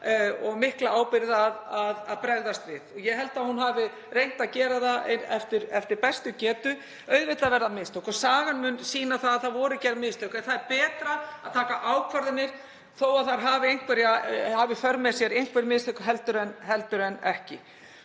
og mikla ábyrgð á að bregðast við. Ég held að hún hafi reynt að gera það eftir bestu getu. Auðvitað verða mistök og sagan mun sýna að það voru gerð mistök. En það er betra að taka ákvarðanir þó að þær hafi í för með sér einhver mistök heldur en ekki.